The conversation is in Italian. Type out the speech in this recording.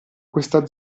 questa